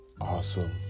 awesome